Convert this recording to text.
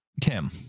Tim